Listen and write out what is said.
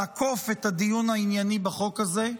לעקוף את הדיון הענייני בחוק הזה,